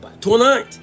tonight